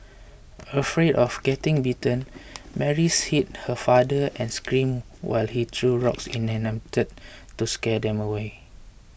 afraid of getting bitten Mary hid her father and screamed while he threw rocks in an attempt to scare them away